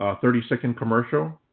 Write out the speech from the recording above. ah thirty second commercial.